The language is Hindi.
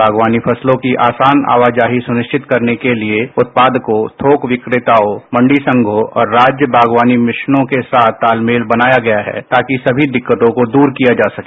बागवानी फसलों की आसान आवाजाही के लिए उत्पाद को थोक विक्रताओंमंडी संघों और राज्य बागवानी मिशनों के साथ तालमेल बनाया गया है ताकिसभी दिक्कतों को दूर किया जा सके